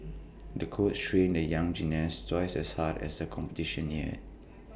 the coach trained the young gymnast twice as hard as the competition neared